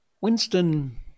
Winston